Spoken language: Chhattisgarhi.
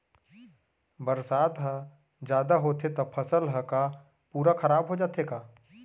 बरसात ह जादा होथे त फसल ह का पूरा खराब हो जाथे का?